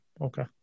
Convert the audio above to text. Okay